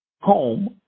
home